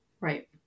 Right